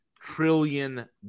trillion